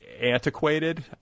antiquated